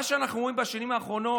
מה שאנחנו רואים בשנים האחרונות,